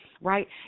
right